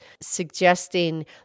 suggesting